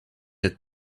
had